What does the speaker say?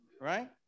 Right